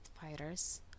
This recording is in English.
fighters